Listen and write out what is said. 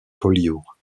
collioure